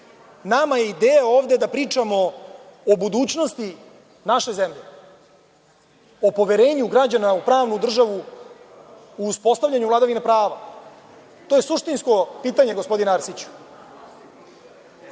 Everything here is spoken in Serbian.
je ideja ovde da pričamo o budućnosti naše zemlje, o poverenju građana u pravnu državu u uspostavljanju vladavine prava. To je suštinsko pitanje, gospodine Arsiću.